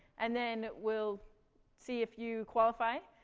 and then we'll see if you qualify,